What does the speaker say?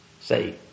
Say